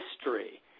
history